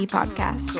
Podcast